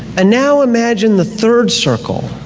and now imagine the third circle.